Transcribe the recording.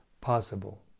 possible